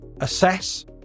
assess